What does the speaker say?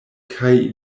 kaj